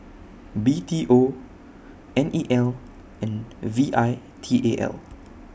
B T O N E L and V I T A L